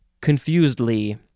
confusedly